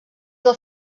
del